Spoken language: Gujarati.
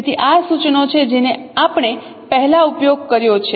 તેથી આ સૂચનો છે જેનો આપણે પહેલાં ઉપયોગ કર્યો છે